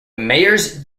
meyers